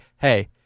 hey